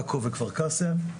עכו וכפר קאסם.